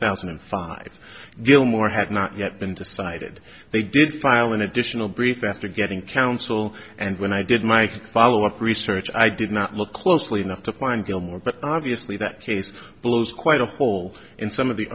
thousand and five gilmore had not yet been decided they did file an additional brief after getting counsel and when i did my follow up research i did not look closely enough to find gilmore but obviously that case blows quite a hole in some of the